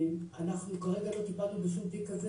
אנחנו כרגע לא טיפלנו בשום תיק כזה,